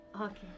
Okay